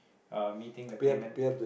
uh meeting the payment